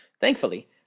Thankfully